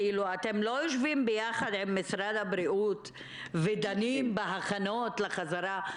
אתם לא יושבים ביחד עם משרד הבריאות ודנים בהכנות לחזרה?